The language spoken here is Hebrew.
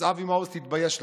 אז אבי מעוז, תתבייש לך.